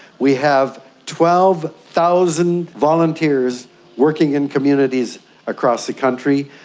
we have twelve thousand volunteers working in communities across the country,